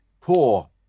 poor